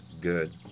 good